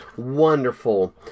wonderful